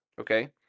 okay